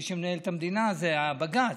מי שמנהל את המדינה זה בג"ץ.